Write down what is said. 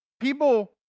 People